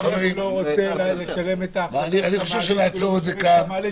גם אם הוא לא רוצה לשלם את האחזקה של המעלית